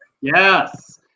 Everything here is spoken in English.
Yes